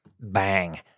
Bang